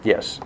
Yes